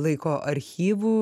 laiko archyvų